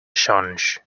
change